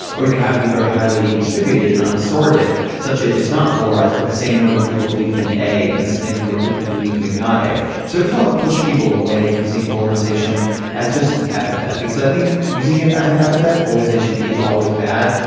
or you can have to be very highly distributed and unsorted such that it's not polarized. but the same number of people believe thing a and the same number people believe thing not a. so does want to push people away from seeing polarization as just an an epithet because i think using it as an epithet polarization is always bad.